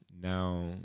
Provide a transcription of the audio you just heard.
Now